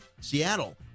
seattle